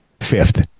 Fifth